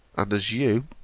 and as you,